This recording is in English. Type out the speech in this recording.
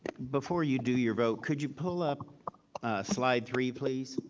before you do your vote, could you pull up a slide three, please?